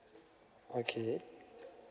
okay